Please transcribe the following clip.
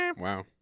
Wow